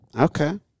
Okay